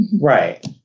right